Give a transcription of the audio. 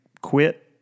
quit